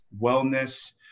wellness